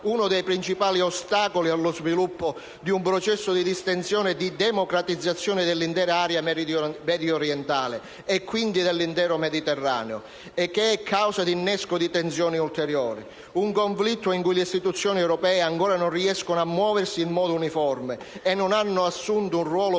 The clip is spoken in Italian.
uno dei principali ostacoli allo sviluppo di un processo di distensione e di democratizzazione dell'intera area mediorientale, e quindi dell'intero Mediterraneo, e che è causa di innesco di tensioni ulteriori. Si tratta di un conflitto in cui le istituzioni europee ancora non riescono a muoversi in modo uniforme, non hanno assunto un ruolo persuasivo